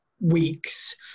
weeks